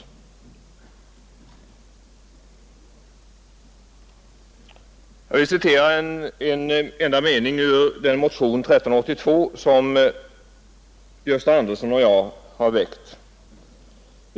Jag vill citera en enda mening ur motionen 1382 som Gösta Andersson och jag har väckt.